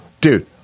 dude